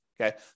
Okay